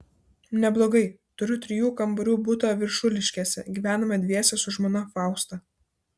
neblogai turiu trijų kambarių butą viršuliškėse gyvename dviese su žmona fausta